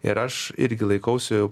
ir aš irgi laikausi